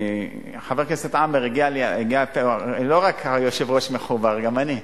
חבר הכנסת עמאר, לא רק היושב-ראש מחובר, גם אני,